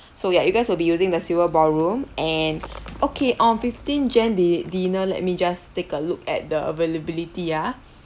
so ya you guys will be using the silver ballroom and okay on fifteen jan the dinner let me just take a look at the availability ya